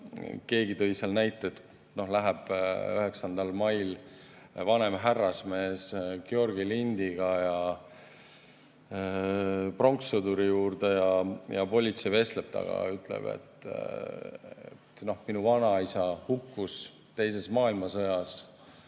Keegi tõi seal näite, et läheb 9. mail vanem härrasmees Georgi lindiga pronkssõduri juurde ja politsei vestleb temaga. [Härra] ütleb, et minu vanaisa hukkus teises maailmasõjas